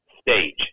stage